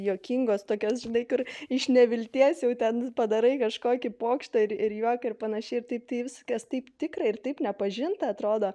juokingos tokios žinai kur iš nevilties jau ten padarai kažkokį pokštą ir ir juoką ir panašiai ir taip viskas taip tikra ir taip nepažinta atrodo